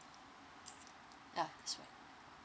ya that's right